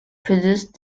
produced